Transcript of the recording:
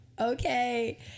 okay